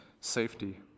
safety